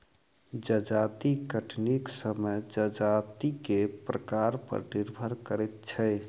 जजाति कटनीक समय जजाति के प्रकार पर निर्भर करैत छै